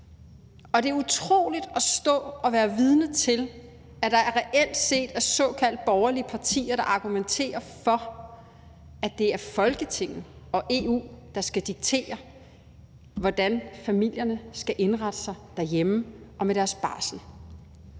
og det er utroligt at stå og være vidne til, at der reelt set er såkaldt borgerlige partier, der argumenterer for, at det er Folketinget og EU, der skal diktere, hvordan familierne skal indrette sig derhjemme og med deres barsel.